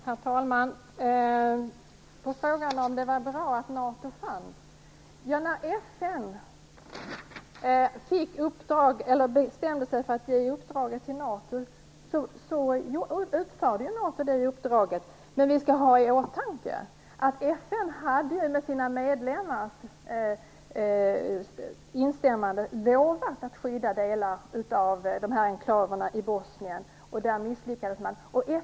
Herr talman! Först vill jag ta upp frågan om huruvida det var bra att NATO fanns. När FN bestämde sig för att ge uppdraget till NATO, utförde NATO uppdraget. Men vi skall ha i åtanke att FN med sina medlemmars instämmande hade lovat att skydda delar av enklaverna i Bosnien. Där misslyckades man.